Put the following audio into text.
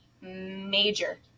major